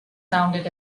founded